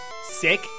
Sick